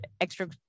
extra